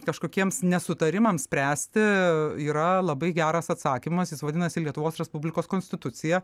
kažkokiems nesutarimams spręsti yra labai geras atsakymas jis vadinasi lietuvos respublikos konstitucija